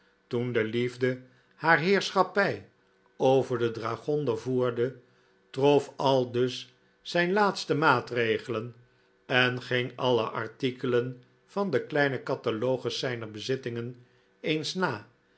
toen de liefde haar heerschappij over den dragonder voerde trof aldus zijn laatste maatregelen en ging alle artikelen van den kleinen catalogus zijner bezittingen eens na